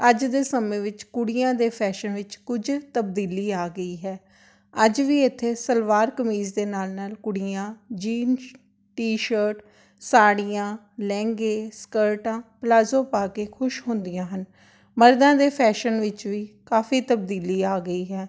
ਅੱਜ ਦੇ ਸਮੇਂ ਵਿੱਚ ਕੁੜੀਆਂ ਦੇ ਫ਼ੈਸ਼ਨ ਵਿੱਚ ਕੁਝ ਤਬਦੀਲੀ ਆ ਗਈ ਹੈ ਅੱਜ ਵੀ ਇੱਥੇ ਸਲਵਾਰ ਕਮੀਜ਼ ਦੇ ਨਾਲ ਨਾਲ ਕੁੜੀਆਂ ਜੀਨ ਟੀ ਸ਼ਰਟ ਸਾੜੀਆਂ ਲਹਿੰਗੇ ਸਕਲਟਾਂ ਪਲਾਜ਼ੋ ਪਾ ਕੇ ਖੁਸ਼ ਹੁੰਦੀਆਂ ਹਨ ਮਰਦਾਂ ਦੇ ਫ਼ੈਸ਼ਨ ਵਿੱਚ ਵੀ ਕਾਫੀ ਤਬਦੀਲੀ ਆ ਗਈ ਹੈ